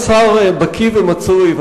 סגן השר בקי ומצוי,